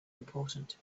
important